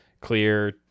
clear